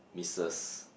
missus